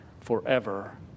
forever